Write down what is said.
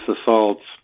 assaults